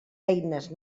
eines